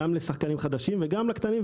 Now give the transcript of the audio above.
גם שחקנים חדשים וגם קטנים.